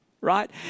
Right